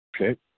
Okay